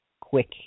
quick